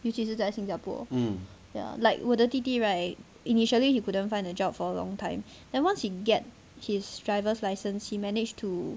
尤其是在新加坡 ya like 我的弟弟 right initially he couldn't find a job for a long time then once he get his driver's license he managed to